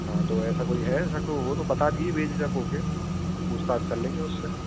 हाँ तो ऐसा कोई है ऐसा तो वह तो बता दीजिए बेझिझक हो कर हम पूछ्ताछ कर लेंगे उससे